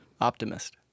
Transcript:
Optimist